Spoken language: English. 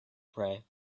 pray